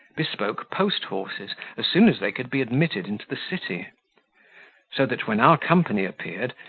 bespoke post-horses as soon as they could be admitted into the city so that, when our company appeared,